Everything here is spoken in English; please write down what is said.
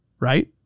right